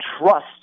trust